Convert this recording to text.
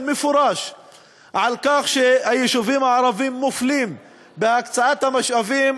מפורש על כך שהיישובים הערביים מופלים בהקצאת המשאבים,